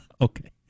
Okay